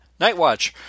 Nightwatch